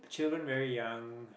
children very young